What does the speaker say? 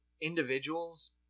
individuals